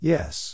Yes